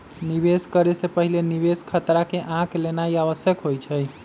निवेश करे से पहिले निवेश खतरा के आँक लेनाइ आवश्यक होइ छइ